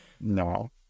no